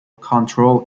control